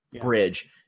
bridge